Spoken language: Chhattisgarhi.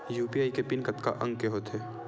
यू.पी.आई के पिन कतका अंक के होथे?